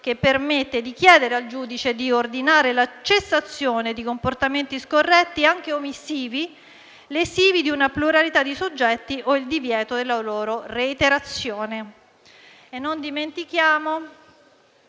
che permette di chiedere al giudice di ordinare la cessazione di comportamenti scorretti, anche omissivi, lesivi di una pluralità di soggetti, o il divieto della loro reiterazione. Non dimentichiamo,